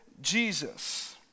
Jesus